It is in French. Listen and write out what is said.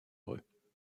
heureux